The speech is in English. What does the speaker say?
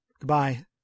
Goodbye